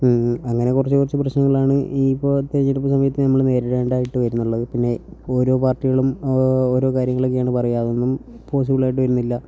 അങ്ങനെ കുറച്ച് കുറച്ച് പ്രശ്നങ്ങളാണ് ഈ ഇപ്പോൾ തിരഞ്ഞെടുപ്പ് സമയത്ത് നമ്മൾ നേരിടേണ്ടതായിട്ട് വരുന്നുള്ളത് പിന്നെ ഓരോ പാർട്ടികളും ഓരോ കാര്യങ്ങളൊക്കെയാണ് പറയുക അതൊന്നും പോസിബിളായിട്ട് വരുന്നില്ല